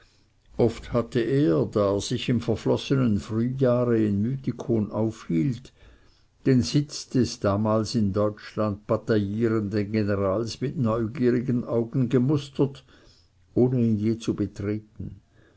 oft hatte er da er sich im verflossenen frühjahre in mythikon aufhielt den sitz des damals in deutschland bataillierenden generals mit neugierigen augen gemustert ohne ihn je zu betreten